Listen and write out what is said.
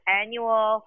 annual